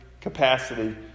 capacity